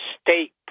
state